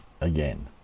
Again